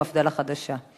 המפד"ל החדשה.